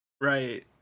right